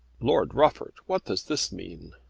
lord rufford, what does this mean?